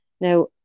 Now